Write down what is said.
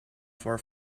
far